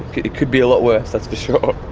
it could be a lot worse, that's for sure.